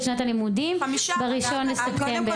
שנת הלימודים ב-1 בספטמבר?) קודם כול,